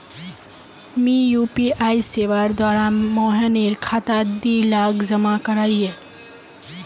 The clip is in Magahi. मी यु.पी.आई सेवार द्वारा मोहनेर खातात दी लाख जमा करयाही